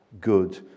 good